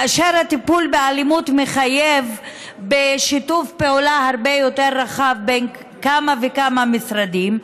הטיפול באלימות מחייב שיתוף פעולה הרבה יותר רחב בין כמה וכמה משרדים,